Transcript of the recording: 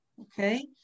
okay